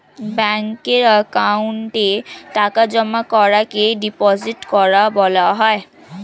ব্যাঙ্কের অ্যাকাউন্টে টাকা জমা করাকে ডিপোজিট করা বলা হয়